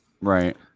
Right